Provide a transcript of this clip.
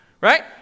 Right